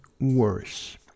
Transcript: worse